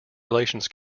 relations